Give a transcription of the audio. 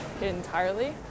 entirely